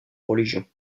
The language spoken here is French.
religion